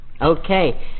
okay